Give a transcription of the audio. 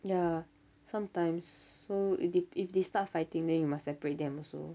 ya sometimes so if they if they start fighting then you must separate them also